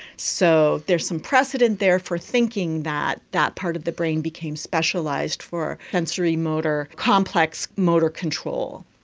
so there is some precedent there for thinking that that part of the brain became specialised for sensorimotor, complex motor control.